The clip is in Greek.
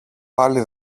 πάλι